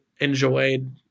enjoyed